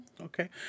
Okay